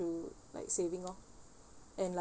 to like saving lor and like